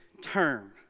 term